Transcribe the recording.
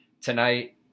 tonight